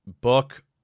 Book